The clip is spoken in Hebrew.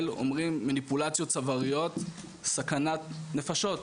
אומרים: מניפולציות צוואריות סכנת נפשות.